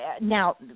now